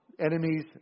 enemies